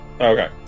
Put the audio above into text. Okay